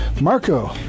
Marco